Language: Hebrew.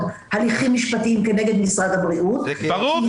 הליכים משפטיים כנגד משרד הבריאות --- ברור,